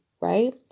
Right